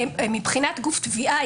מבחינת גוף תביעה,